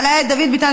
אבל היה את דוד ביטן,